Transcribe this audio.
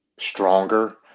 stronger